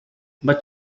but